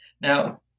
Now